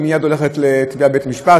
ומייד הולכת לתביעה בבית-משפט.